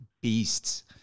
beasts